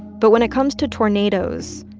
but when it comes to tornadoes,